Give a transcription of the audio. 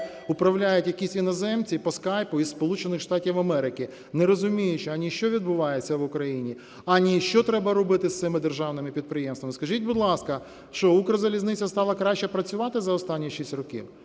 управляють якісь іноземці по Skype із Сполучених Штатів Америки, не розуміючи, ані що відбувається в Україні, ані що треба робити з цими державними підприємствами. Скажіть, будь ласка, що "Укрзалізниця" стала краще працювати за останні 6 років?